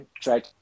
try